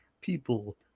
People